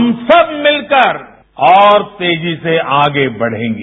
हम सब मिलकर और तेजी से आगे बढेंगे